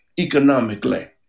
economically